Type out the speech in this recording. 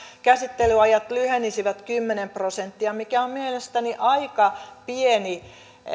käsittelyajat lyhenisivät kymmenen prosenttia mikä on mielestäni aika pieni